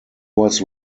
was